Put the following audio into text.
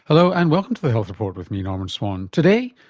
hello and welcome to the health report with me, norman swan. today,